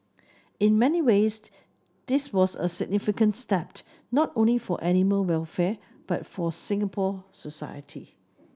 in many ways this was a significant step not only for animal welfare but for Singapore society